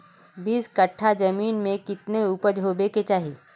बीस कट्ठा जमीन में कितने उपज होबे के चाहिए?